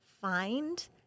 find